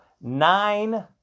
nine